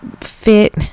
fit